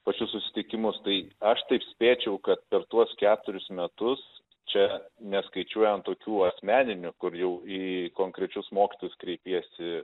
pačius susitikimus tai aš taip spėčiau kad per tuos keturis metus čia neskaičiuojant tokių asmeninių kur jau į konkrečius mokytojus kreipiesi